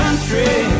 Country